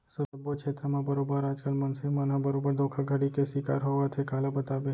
सब्बो छेत्र म बरोबर आज कल मनसे मन ह बरोबर धोखाघड़ी के सिकार होवत हे काला बताबे